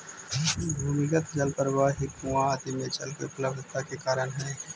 भूमिगत जल प्रवाह ही कुआँ आदि में जल के उपलब्धता के कारण हई